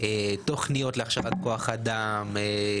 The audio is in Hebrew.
תוכניות להכשרת כוח אדם,